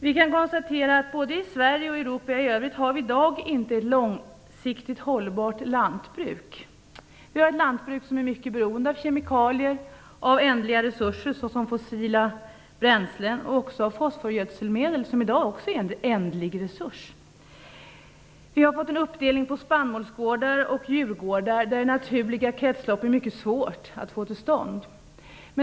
Vi kan konstatera att Sverige och Europa i övrigt i dag inte har ett långsiktigt hållbart lantbruk. Vi har ett lantbruk som är mycket beroende av kemikalier, av ändliga resurser såsom fossila bränslen och fosforgödselmedel. Vi har fått en uppdelning på spannmålsgårdar och djurgårdar, där det naturliga kretsloppet är mycket svårt att få till stånd.